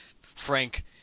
Frank